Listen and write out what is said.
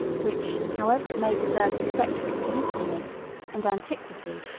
which, however it may deserve respect for its usefulness and antiquity,